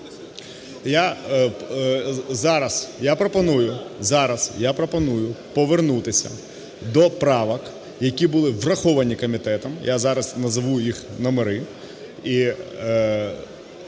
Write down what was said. Я… зараз я пропоную повернутися до правок, які були враховані комітетом, я зараз назву їх номери